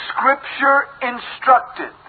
Scripture-instructed